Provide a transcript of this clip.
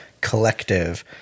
collective